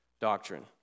doctrine